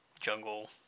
jungle